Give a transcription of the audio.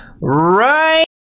right